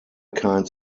kinds